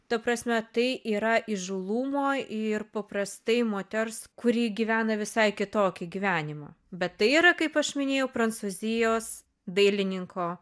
ta prasme tai yra įžūlumo ir paprastai moters kuri gyvena visai kitokį gyvenimą bet tai yra kaip aš minėjau prancūzijos dailininko